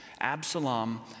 Absalom